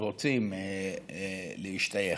רוצים להשתייך.